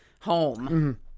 home